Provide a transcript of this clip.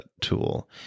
tool